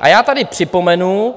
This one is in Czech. A já tady připomenu